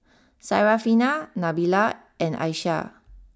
Syarafina Nabila and Aishah